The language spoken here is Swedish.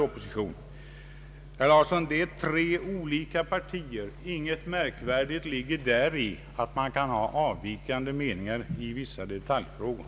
Oppositionen — herr Åke Larsson — består av tre olika partier, och ingen märkvärdighet föreligger i att de kan ha avvikande mening i vissa detaljfrågor.